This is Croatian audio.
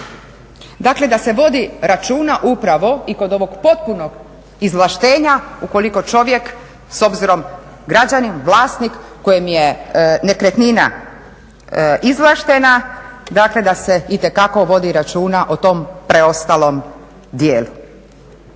Dakle, da se vodi računa upravo i kod ovog potpunog izvlaštenja ukoliko čovjek s obzirom, građanin, vlasnik kojem je nekretnina izvlaštena dakle da se itekako vodi računa o tom preostalom dijelu.